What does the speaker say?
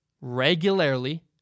regularly